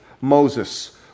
Moses